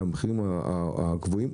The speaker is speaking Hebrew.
המחירים הגבוהים,